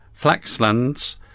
Flaxlands